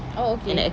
oh okay